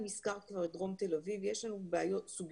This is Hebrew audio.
אם הזכרת כבר את דרום תל-אביב,